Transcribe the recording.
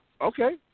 Okay